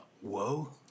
whoa